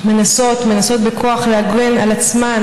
מנסות בכוח להגן על עצמן,